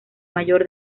mayor